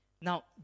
Now